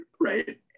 right